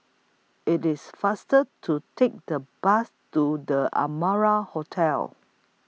IT IS faster to Take The Bus to The Amara Hotel